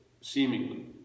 seemingly